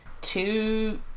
two